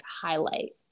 highlight